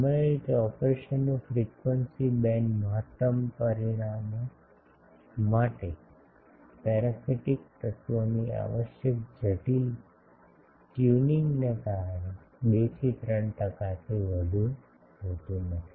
સામાન્ય રીતે ઓપરેશનનું ફ્રીક્વન્સી બેન્ડ મહત્તમ પરિણામો માટે પેરાસિટિક તત્વોની આવશ્યક જટિલ ટ્યુનિંગને કારણે 2 થી 3 ટકાથી વધુ હોતું નથી